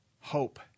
Hope